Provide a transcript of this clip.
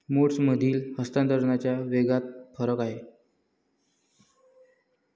मोड्समधील हस्तांतरणाच्या वेगात फरक आहे